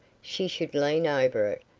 she should lean over it,